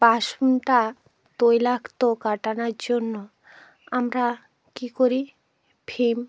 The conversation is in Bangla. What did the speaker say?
বাসনটা তৈলাক্ত কাটানোর জন্য আমরা কী করি ভীম